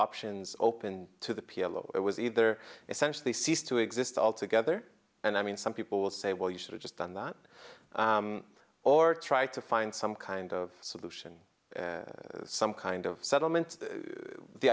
options open to the p l o it was either essentially cease to exist altogether and i mean some people say well you should have just done that or try to find some kind of solution some kind of settlement the